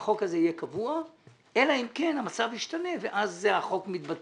מבקש שהחוק הזה יהיה קבוע אלא אם כן המצב ישתנה ואז החוק מתבטל.